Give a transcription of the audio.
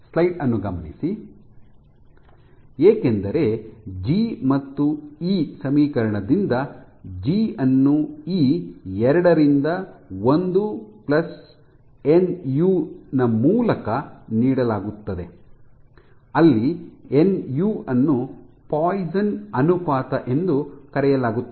ಏಕೆಂದರೆ ಜಿ ಮತ್ತು ಇ ಸಮೀಕರಣದಿಂದ ಜಿ ಅನ್ನು ಇ ಎರಡು ರಿಂದ ಒಂದು ಎನ್ ಯು ನ ಮೂಲಕ ನೀಡಲಾಗುತ್ತದೆ ಅಲ್ಲಿ ಎನ್ ಯು ಅನ್ನು ಪಾಯ್ಸನ್ ಅನುಪಾತ ಎಂದು ಕರೆಯಲಾಗುತ್ತದೆ